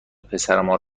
پسرمان